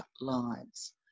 lives